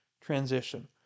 transition